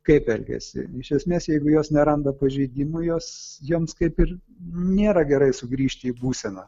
kaip elgiasi iš esmės jeigu jos neranda pažeidimų jos joms kaip ir nėra gerai sugrįžti į būseną